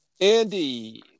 Andy